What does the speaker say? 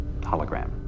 hologram